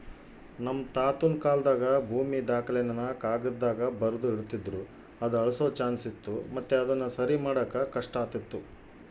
ನಮ್ ತಾತುನ ಕಾಲಾದಾಗ ಭೂಮಿ ದಾಖಲೆನ ಕಾಗದ್ದಾಗ ಬರ್ದು ಇಡ್ತಿದ್ರು ಅದು ಅಳ್ಸೋ ಚಾನ್ಸ್ ಇತ್ತು ಮತ್ತೆ ಅದುನ ಸರಿಮಾಡಾಕ ಕಷ್ಟಾತಿತ್ತು